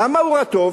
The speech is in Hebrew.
למה הוא רטוב?